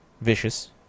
Vicious